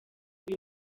uyu